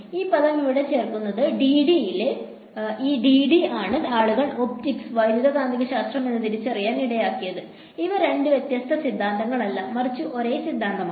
ഈ പദം ഇവിടെ ചേർക്കുന്നത് ഡിടിയിലആണ് ആളുകൾ ഒപ്റ്റിക്സ് വൈദ്യുതകാന്തികശാസ്ത്രം എന്ന് തിരിച്ചറിയാൻ ഇടയാക്കിയത് ഇവ രണ്ട് വ്യത്യസ്ത സിദ്ധാന്തങ്ങളല്ല മറിച്ച് ഒരേ സിദ്ധാന്തമാണ്